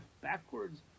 Backwards